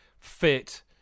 fit